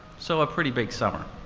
so a pretty big summer.